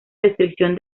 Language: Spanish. restricción